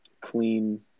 clean